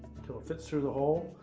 until it fits through the hole.